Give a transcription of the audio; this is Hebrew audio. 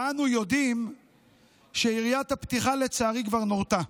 ואנו יודעים שיריית הפתיחה, לצערי, כבר נורתה.